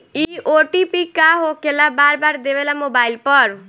इ ओ.टी.पी का होकेला बार बार देवेला मोबाइल पर?